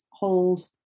hold